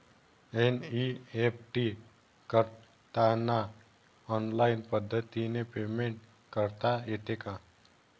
NEFT करताना online पद्धतीने payment करता येते का?